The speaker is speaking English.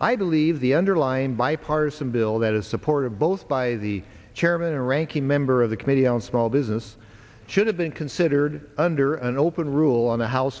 i believe the underlying bipartisan bill that is supported both by the chairman and ranking member of the committee on small business should have been considered under an open rule on the house